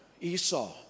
Esau